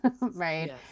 right